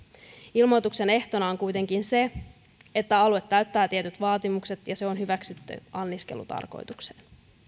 ilmoituksen ehtona on kuitenkin se että alue täyttää tietyt vaatimukset ja se on hyväksytty anniskelutarkoitukseen